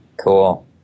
Cool